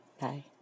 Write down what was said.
Bye